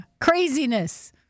Craziness